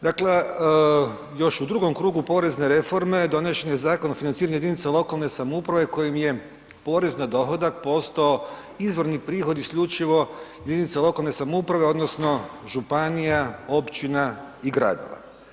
Dakle, još u drugom krugu porezne reforme donesen je Zakon o financiranju jedinica lokalne samouprave kojim je porez na dohodak postao izvorni prihod isključivo jedinica lokalne samouprave odnosno županija, općina i gradova.